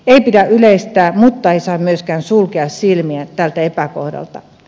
ei pidä yleistää mutta ei saa myöskään sulkea silmiään tältä epäkohdalta